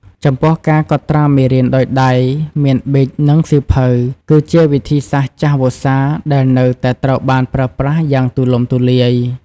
ចំពោះ ការកត់ត្រាមេរៀនដោយដៃ មាន ប៊ិចនិងសៀវភៅ គឺជាវិធីសាស្ត្រចាស់វស្សាដែលនៅតែត្រូវបានប្រើប្រាស់យ៉ាងទូលំទូលាយ។